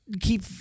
keep